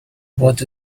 what